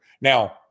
Now